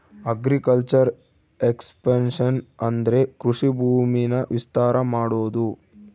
agriculture expansion ಅಂದ್ರೆ ಕೃಷಿ ಭೂಮಿನ ವಿಸ್ತಾರ ಮಾಡೋದು